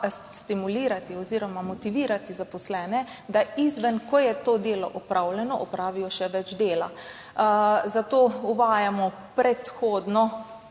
stimulirati oziroma motivirati zaposlene, da izven, ko je to delo opravljeno, opravijo še več dela. Zato uvajamo predhodno,